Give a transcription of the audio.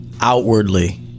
outwardly